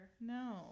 No